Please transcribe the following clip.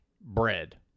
bread